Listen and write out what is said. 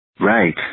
Right